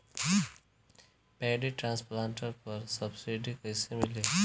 Paddy transplanter पर subsidy कैसे मिली?